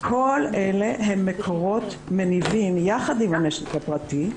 כל אלה הם מקורות מניבים יחד עם הנשק הפרטי,